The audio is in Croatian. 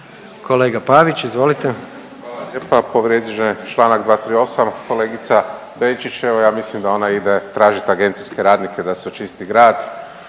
**Pavić, Marko (HDZ)** Hvala lijepa. Povrijeđen je čl. 238. kolegica Benčić evo ja mislim da ona ide tražit agencijske radnike da se očisti grad,